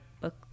book